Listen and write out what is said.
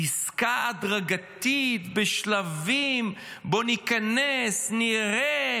עסקה הדרגתית בשלבים, בוא ניכנס, נראה.